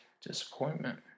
disappointment